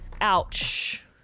Ouch